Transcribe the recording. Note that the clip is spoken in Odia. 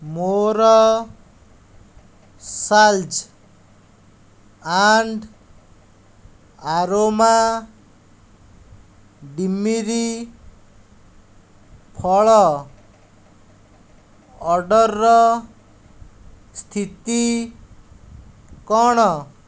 ମୋର ସାଲ୍ଜ୍ ଆଣ୍ଡ ଆରୋମା ଡିମିରି ଫଳ ଅର୍ଡ଼ର୍ର ସ୍ଥିତି କ'ଣ